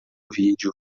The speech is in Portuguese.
vídeo